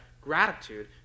gratitude